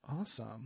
awesome